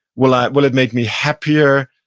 will um will it make me happier?